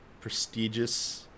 prestigious